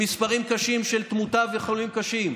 עם מספרים קשים של תמותה וחולים קשים.